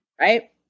Right